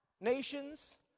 nations